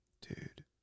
Dude